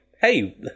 hey